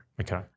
Okay